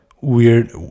weird